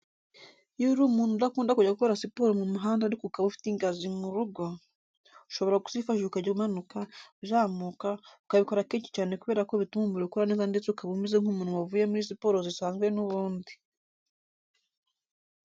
Iyo uri umuntu udakunda kujya gukorera siporo mu muhanda ariko ukaba ufite ingazi mu rugo, ushobora kuzifashisha ukajya umanuka, uzamuka, ukabikora kenshi cyane kubera ko bituma umubiri ukora neza ndetse ukaba umeze nk'umuntu wavuye muri siporo zisanzwe n'ubundi.